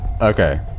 Okay